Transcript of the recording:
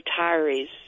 retirees